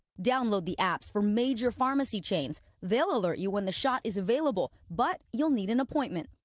download the apps from major pharmacy chains. they will alert you when the shot is available but you will need an appointment.